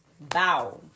Bow